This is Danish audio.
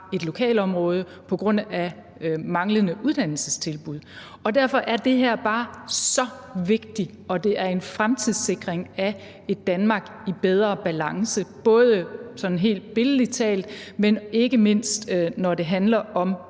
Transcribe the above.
et lokalområde på grund af manglende uddannelsestilbud. Derfor er det bare så vigtigt, og det er en fremtidssikring af et Danmark i bedre balance, både sådan helt billedligt talt, men ikke mindst, når det handler om